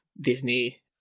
Disney